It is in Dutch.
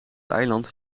eiland